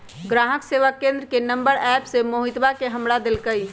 ग्राहक सेवा केंद्र के नंबर एप्प से मोहितवा ने हमरा देल कई